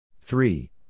three